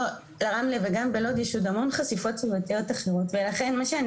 ברמלה וגם בלוד יש עוד המון חשיפות צורתיות אחרות ולכן מה שאני